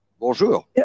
Bonjour